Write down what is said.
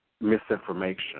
misinformation